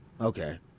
Okay